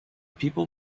people